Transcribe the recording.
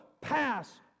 pass